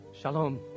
Shalom